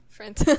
Friends